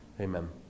amen